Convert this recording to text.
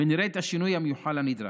ונראה את השינוי המיוחל הנדרש.